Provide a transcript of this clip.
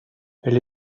elle